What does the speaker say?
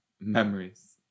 Memories